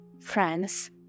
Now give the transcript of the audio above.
friends